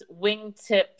wingtip